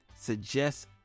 suggest